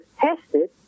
tested